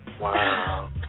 Wow